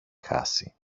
χάσει